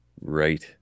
right